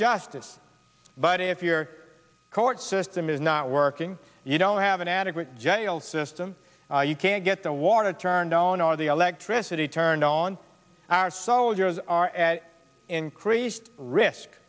justice but if your court system is not working and you don't have an adequate jail system you can't get the water turned on or the electricity turned on our soldiers are at increased risk